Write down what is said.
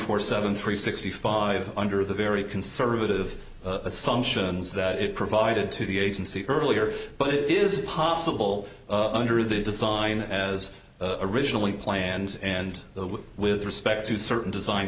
four seven three sixty five under the very conservative assumptions that it provided to the agency earlier but it is possible under the design as originally planned and the with respect to certain design